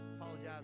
Apologize